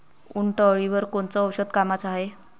उंटअळीवर कोनचं औषध कामाचं हाये?